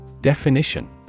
Definition